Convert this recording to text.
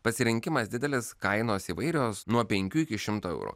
pasirinkimas didelis kainos įvairios nuo penkių iki šimto eurų